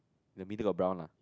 the middle got brown ah